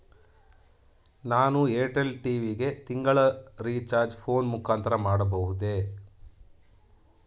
ನಾನು Airtel TV ಗೆ ತಿಂಗಳ ರಿಚಾರ್ಜ್ ಫೋನ್ ಮುಖಾಂತರ ಮಾಡಬಹುದೇ?